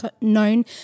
known